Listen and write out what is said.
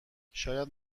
شاید